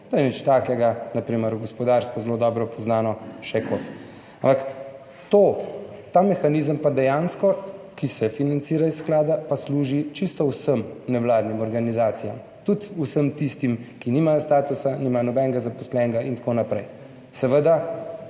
To ni nič takega na primer v gospodarstvu, zelo dobro poznano še kot. Ampak ta mehanizem pa dejansko, ki se financira iz sklada pa služi čisto vsem nevladnim organizacijam, tudi vsem tistim, ki nimajo statusa, nimajo nobenega zaposlenega itn. seveda,